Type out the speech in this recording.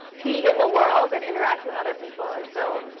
be in the world and interact with other people. and so,